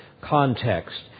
context